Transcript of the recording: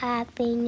Happy